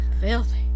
filthy